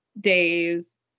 days